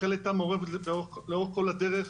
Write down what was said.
רח"ל הייתה מעורבת לאורך כל הדרך,